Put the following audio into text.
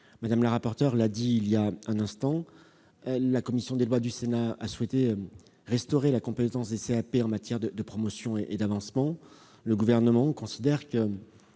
Mme la rapporteur l'a dit il y a un instant : la commission des lois du Sénat a souhaité restaurer la compétence des CAP en matière de promotion et d'avancement ; le Gouvernement considère que